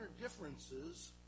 differences